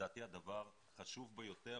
לדעתי הדבר החשוב ביותר,